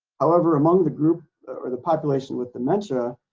however among the group or the population with dementia